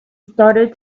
started